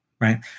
right